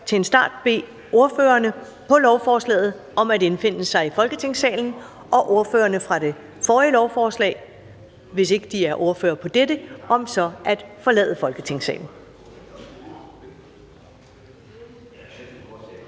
til en start bede ordførerne på lovforslaget om at indfinde sig i Folketingssalen og ordførerne fra det forrige lovforslag, hvis ikke de er ordførere på dette lovforslag, om så at forlade Folketingssalen.